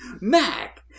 Mac